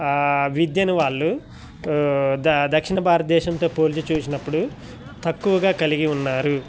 విద్యను వాళ్ళు దక్షిణ భారతదేశంతో పోల్చి చూసినప్పుడు తక్కువగా కలిగి ఉన్నారు